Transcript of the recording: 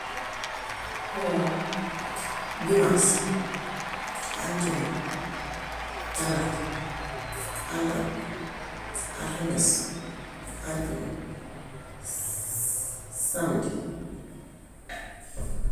Waaw dimaas, altine, talaata, àllarba, arjuma, samdi.